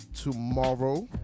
tomorrow